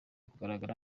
kugaragara